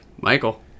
Michael